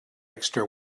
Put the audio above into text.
extra